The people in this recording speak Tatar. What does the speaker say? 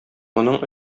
моның